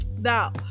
Now